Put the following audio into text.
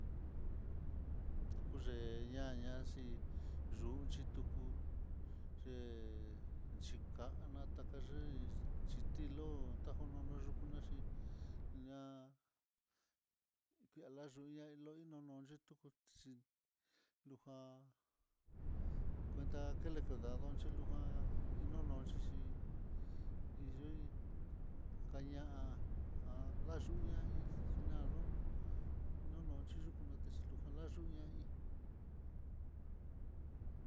Nakuye ñañaxhi, yunxhi tuku xhikanatá kayein xhitilo tajojononaxi ña lia yuña loino no xhituko xhi lujan, cuenta kene cuidado xhilujan, inonoxhixi iyui kaña há layuña yaló nonon xhi yukú natexhi lujan layuñaí.